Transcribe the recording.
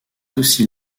aussi